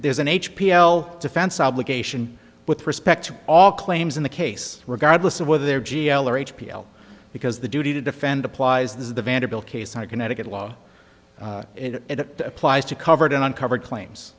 there's an h p l defense obligation with respect to all claims in the case regardless of whether they're g l or h p because the duty to defend applies the vanderbilt case a connecticut law it applies to covered uncovered claims